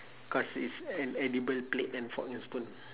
cause it's an edible plate and fork and spoon